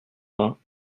vingt